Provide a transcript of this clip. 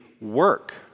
work